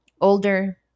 older